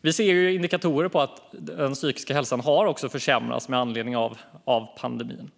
Vi ser indikationer på att den psykiska hälsan har försämrats med anledning av pandemin.